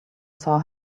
saw